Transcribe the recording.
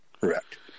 Correct